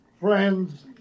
Friends